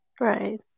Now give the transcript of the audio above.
right